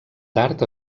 tard